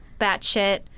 batshit